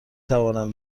توانم